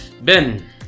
ben